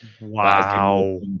Wow